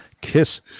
Kiss